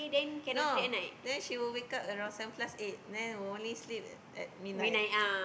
no then she will wake up around seven plus eight then will only sleep at midnight